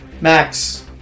Max